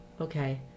okay